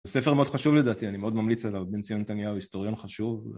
ספר מאוד חשוב לדעתי, אני מאוד ממליץ עליו, בין ציון נתניהו היסטוריון חשוב.